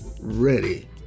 Ready